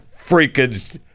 freaking